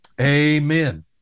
amen